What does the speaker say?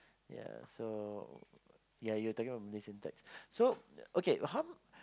yeah so yeah you talking about Malay syntax so okay how